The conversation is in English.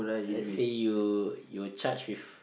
let's say you you're charged with